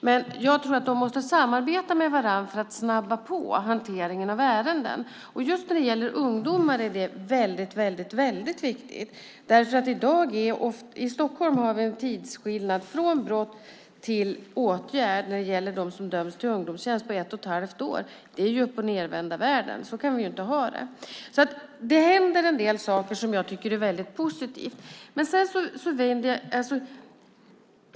Man måste samarbeta med varandra för att snabba på hanteringen av ärenden. Just när det gäller unga är det väldigt viktigt. I Stockholm har vi i dag en tidsskillnad från brott till åtgärd för dem som döms till ungdomstjänst på ett och ett halvt år. Det är uppochnedvända världen. Så kan vi inte ha det. Det händer en del saker som jag tycker är väldigt positivt.